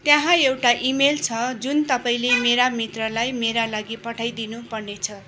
त्यहाँ एउटा इमेल छ जुन तपाईँले मेरा मित्रलाई मेरा लागि पठाइदिनु पर्नेछ